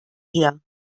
her